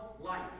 life